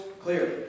clearly